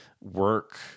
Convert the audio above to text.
work